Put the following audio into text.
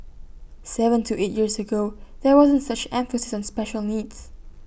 Seven to eight years ago there wasn't such emphasis on special needs